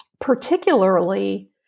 particularly